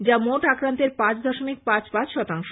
যা মোট আক্রান্তের পাঁচ দশমিক পাঁচ পাঁচ শতাংশ